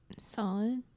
Solid